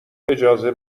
اجازه